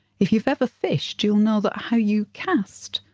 if you've ever fished, you'll know that how you cast,